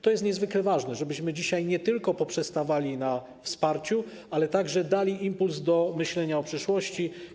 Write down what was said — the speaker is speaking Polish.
To jest niezwykle ważne, żebyśmy dzisiaj nie tylko poprzestawali na wsparciu, ale także dali impuls do myślenia o przyszłości.